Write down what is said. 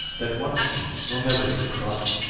that once seen, will never be forgotten.